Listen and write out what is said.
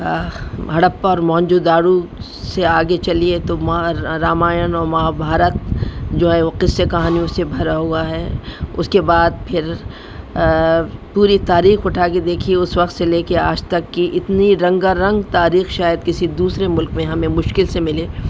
ہڑپا اور موہنجوداڑو سے آگے چلیے تو راماائن اور مہا بھارت جو ہے وہ قصے کہانی اس سے بھرا ہوا ہے اس کے بعد پھر پوری تاریخ اٹھا کے دیکھی اس وقت سے لے کے آج تک کی اتنی رنگا رنگ تاریخ شاید کسی دوسرے ملک میں ہمیں مشکل سے ملے